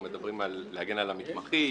או מדברים על להגן על המתמחים,